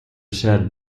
sad